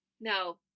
no